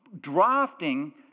drafting